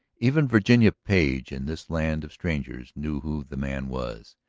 even virginia page in this land of strangers knew who the man was.